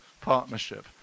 partnership